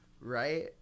right